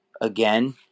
again